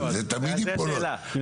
אז זו השאלה.